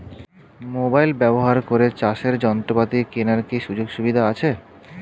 Mobile ব্যবহার করে চাষের যন্ত্রপাতি কেনার কি সুযোগ সুবিধা আছে?